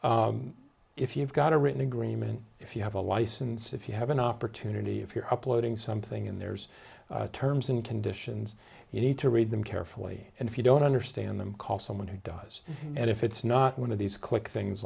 content if you've got a written agreement if you have a license if you have an opportunity if you're uploading something and there's terms and conditions you need to read them carefully and if you don't understand them call someone who does and if it's not one of these quick things